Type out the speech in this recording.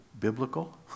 biblical